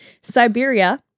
Siberia